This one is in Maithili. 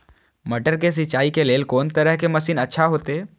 मटर के सिंचाई के लेल कोन तरह के मशीन अच्छा होते?